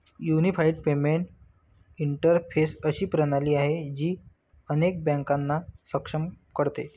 unified payment interface अशी प्रणाली आहे, जी अनेक बँकांना सक्षम करते